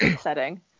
setting